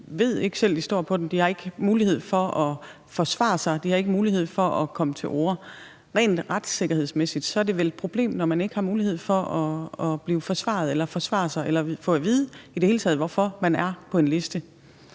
ved ikke selv, at de står på den liste – de har ikke mulighed for at forsvare sig; de har ikke mulighed for at komme til orde. Rent retssikkerhedsmæssigt er det vel et problem, når man ikke har mulighed for at blive forsvaret eller forsvare sig eller i det hele taget få at vide, hvorfor man er på en liste.